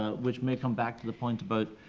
which may come back to the point about